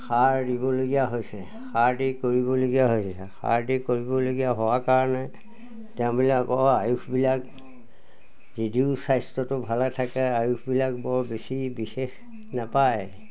সাৰ দিবলগীয়া হৈছে সাৰ দি কৰিবলগীয়া হৈছে সাৰ দি কৰিবলগীয়া হোৱাৰ কাৰণে তেওঁবিলাকৰ আয়ুসবিলাক যদিও স্বাস্থ্যটো ভালে থাকে আয়ুসবিলাক বৰ বেছি বিশেষ নাপায়